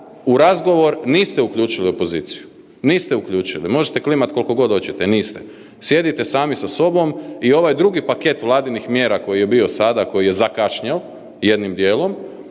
u razgovor niste uključili opoziciju. Niste uključili. Možete klimati koliko god hoćete. Niste. Sjedite sami sa sobom i ovaj drugi paket Vladinih mjera koji je bio sada, koji je zakašnjeo jednim dijelom